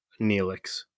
Neelix